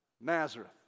Nazareth